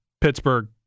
Pittsburgh